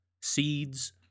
Seeds